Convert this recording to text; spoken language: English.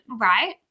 Right